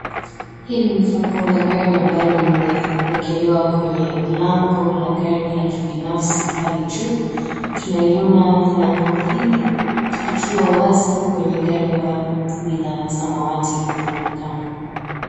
Hili ni funguo la gari ambalo limewekelewa kwenye lango la gari la kibinafsi pale juu, tunaiona lango hili likiwa wazi kwenye gari la samawati hapo kando.